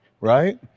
right